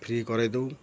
free କରାଇ ଦେଉ